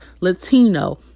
Latino